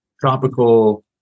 tropical